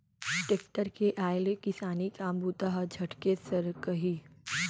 tractor के आय ले किसानी काम बूता ह झटके सरकही